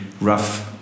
rough